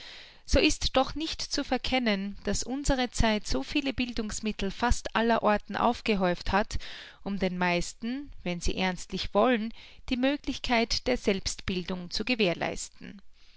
so ist doch nicht zu verkennen daß unsere zeit so viele bildungsmittel fast aller orten aufgehäuft hat um den meisten wenn sie ernstlich wollen die möglichkeit der selbstbildung zu gewährleisten